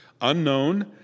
unknown